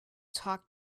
talk